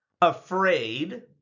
afraid